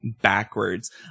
backwards